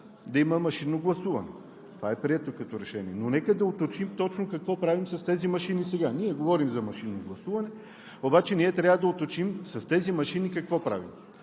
да има машинно гласуване. Това е прието като решение. Но нека да уточним точно какво правим с тези машини сега? Ние говорим за машинно гласуване, обаче трябва да уточним с тези машини какво правим?